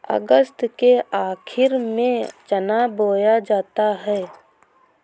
अगस्त के आखिर में चना बोया जाता है